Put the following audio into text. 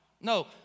No